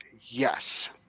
Yes